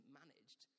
managed